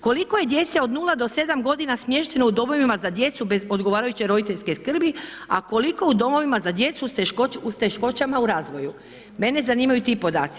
Koliko je djece od 0 do 7 godina smješteno u domovima za djecu bez odgovarajuće roditeljske srbi, a koliko u domovima za djecu s teškoćama u razvoju, mene zanimaju ti podaci.